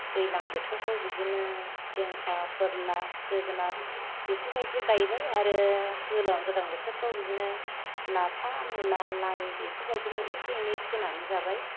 दैलां बोथोरखौ बिदिनो जिंखा फोरला जोगोनार बेफोरबायदि गाययबाय आरो गोलां गोजां बोथोरफ्राव बिदिनो लाफा मुला लाइ बेफोरबायदिनो एसे एनै फोनानै जाबाय